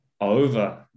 over